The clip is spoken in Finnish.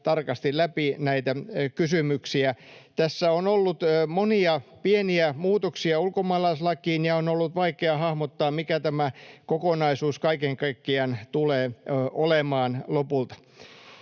tarkasti läpi näitä kysymyksiä. Tässä on ollut monia pieniä muutoksia ulkomaalaislakiin, ja on ollut vaikea hahmottaa, mikä tämä kokonaisuus kaiken kaikkiaan tulee olemaan lopulta.